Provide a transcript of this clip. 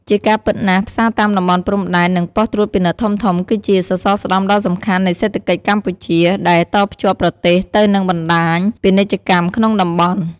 ជាការពិតណាស់ ផ្សារតាមតំបន់ព្រំដែន និងប៉ុស្តិ៍ត្រួតពិនិត្យធំៗ គឺជា សរសរស្តម្ភដ៏សំខាន់ នៃសេដ្ឋកិច្ចកម្ពុជា ដែលតភ្ជាប់ប្រទេសទៅនឹងបណ្តាញពាណិជ្ជកម្មក្នុងតំបន់។